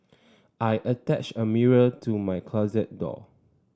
I attached a mirror to my closet door